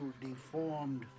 deformed